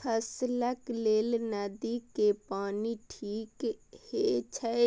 फसलक लेल नदी के पानी नीक हे छै